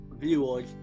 viewers